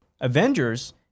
avengers